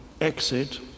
exit